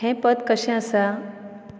हें पद कशें आसा